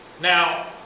Now